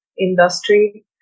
industry